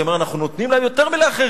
היא אמרה: אנחנו נותנים להם יותר מאחרים,